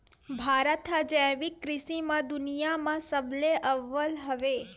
भारत हा जैविक कृषि मा दुनिया मा सबले अव्वल हवे